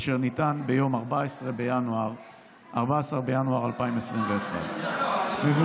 אשר ניתן ביום 14 בינואר 2021. אתה מאמין למה שאתה קורה מהדף?